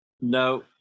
No